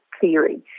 theory